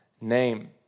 name